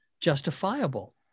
justifiable